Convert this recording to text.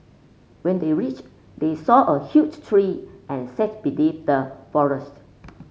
when they reached they saw a huge tree and sat beneath the